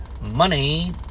Money